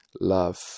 love